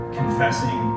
confessing